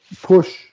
push